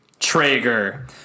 Traeger